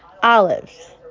olives